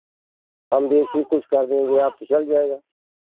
कम बेसी कुछ कर देंगे आप तो चल जाएगा